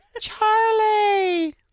Charlie